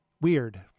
Weird